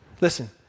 Listen